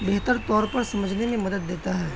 بہتر طور پر سمجھنے میں مدد دیتا ہے